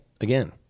Again